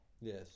Yes